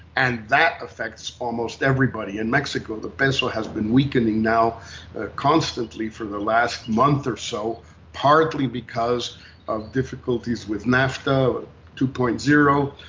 and that affects almost everybody in mexico. the peso has been weakening now constantly for the last month or so, partly because of difficulties with nafta two point zero,